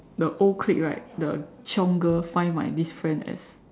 the old clique right the chiong girl find my this friend as